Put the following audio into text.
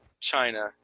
china